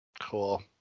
Cool